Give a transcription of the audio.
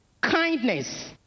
kindness